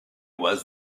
was